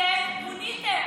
אתם מוניתם.